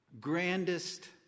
grandest